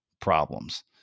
problems